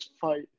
fight